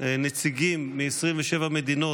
נציגים מ-27 מדינות,